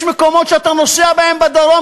יש מקומות שאתה נוסע בהם בדרום,